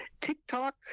TikTok